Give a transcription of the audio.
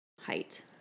height